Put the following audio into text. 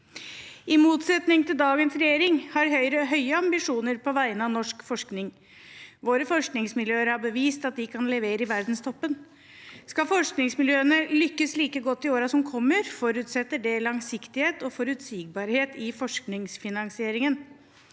I motsetning til dagens regjering har Høyre høye ambisjoner på vegne av norsk forskning. Våre forskningsmiljøer har bevist at de kan levere i verdenstoppen. Skal forskningsmiljøene lykkes like godt i årene som kommer, forutsetter det langsiktighet og forutsigbarhet i forskningsfinansieringen.